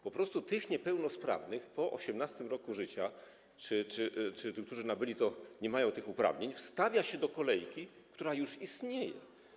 Po prostu tych niepełnosprawnych po 18. roku życia czy tych, którzy to nabyli, którzy nie mają tych uprawnień, wstawia się do kolejki, która już istnieje.